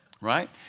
Right